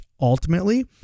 ultimately